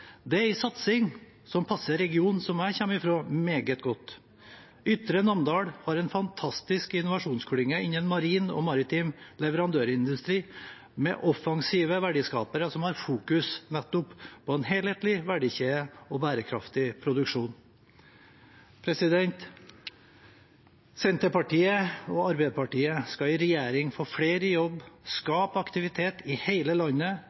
Det er en satsing som passer regionen jeg kommer fra, meget godt. Ytre Namdal har en fantastisk innovasjonsklynge innen marin og maritim leverandørindustri, med offensive verdiskapere som har fokus nettopp på en helhetlig verdikjede og bærekraftig produksjon. Senterpartiet og Arbeiderpartiet skal i regjering få flere i jobb, skape aktivitet i hele landet,